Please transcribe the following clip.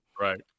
Right